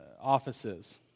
offices